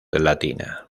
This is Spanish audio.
latina